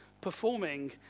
performing